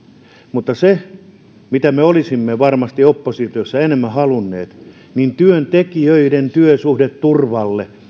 mutta se mitä me olisimme varmasti oppositiossa enemmän halunneet on että työntekijöiden työsuhdeturvalle